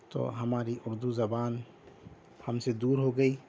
تو ہماری اردو زبان ہم سے دور ہو گئی